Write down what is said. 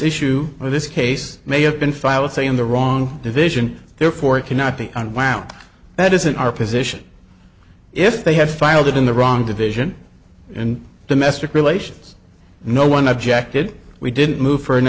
issue in this case may have been filed say in the wrong division therefore it cannot be unwound that isn't our position if they have filed it in the wrong division and domestic relations no one objected we didn't move f